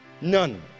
None